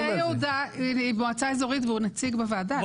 יהודה הוא מועצה מקומית והוא נציג בוועדה.